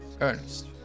Ernest